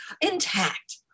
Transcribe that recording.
intact